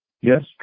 Yes